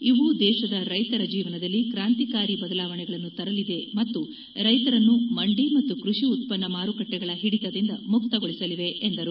ಇವು ದೇಶದ ರೈತರ ಜೀವನದಲ್ಲಿ ಕಾಂತಿಕಾರಿ ಬದಲಾವಣೆಗಳನ್ನು ತರಲಿದೆ ಮತ್ತು ರೈತರನ್ನು ಮಂಡಿ ಮತ್ತು ಕೃಷಿ ಉತ್ಪನ್ನ ಮಾರುಕಟ್ನೆಗಳ ಓಡಿತದಿಂದ ಮುಕ್ತ ಗೊಳಿಸಲಿವೆ ಎಂದರು